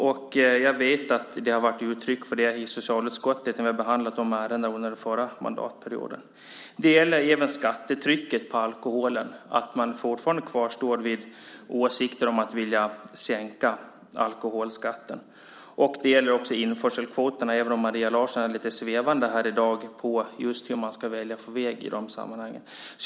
Och jag vet att det har funnits uttryck för det i socialutskottet när vi har behandlat de ärendena under den förra mandatperioden. Det gäller även skattetrycket på alkoholen. Man kvarstår fortfarande vid åsikter om att man vill sänka alkoholskatten. Det gäller också införselkvoterna, även om Maria Larsson är lite svävande här i dag just när det gäller vad man ska välja för väg i de sammanhangen.